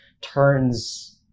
turns